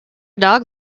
dog